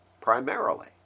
primarily